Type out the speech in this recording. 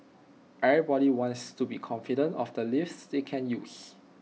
everybody wants to be confident of the lifts that they use